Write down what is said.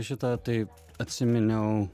šį tą tai atsiminiau